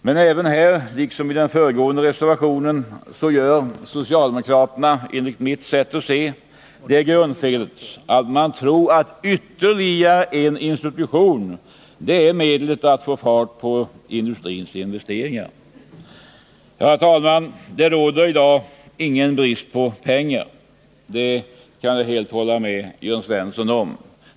Men även här, liksom i den föregående reservationen, gör socialdemokraterna enligt mitt sätt att se det grundfelet att man tror att ytterligare en institution är medlet för att få fart på industrins investeringar. Herr talman! Det råder i dag ingen brist på pengar — det kan jag helt hålla med Jörn Svensson om.